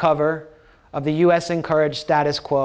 cover of the u s encourage status quo